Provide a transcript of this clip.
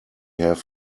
have